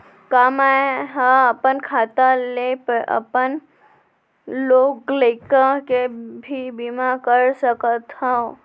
का मैं ह अपन खाता ले अपन लोग लइका के भी बीमा कर सकत हो